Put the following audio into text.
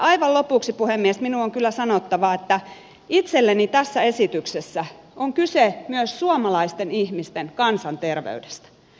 aivan lopuksi puhemies minun on kyllä sanottava että itselleni tässä esityksessä on kyse myös suomalaisten ihmisten kansanterveydestä